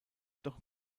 doch